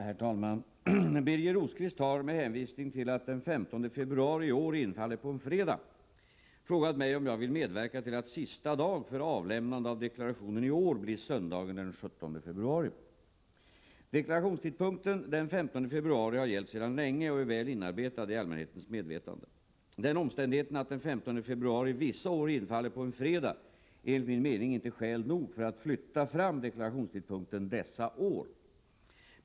Herr talman! Birger Rosqvist har — med hänvisning till att den 15 februari i år infaller på en fredag — frågat mig om jag vill medverka till att sista dag för avlämnande av deklarationen i år blir söndagen den 17 februari. Deklarationstidpunkten den 15 februari har gällt sedan länge och är väl inarbetad i allmänhetens medvetande. Den omständigheten att den 15 februari vissa år infaller på en fredag är enligt min mening inte skäl nog för att flytta fram deklationstidpunkten dessa år.